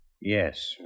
Yes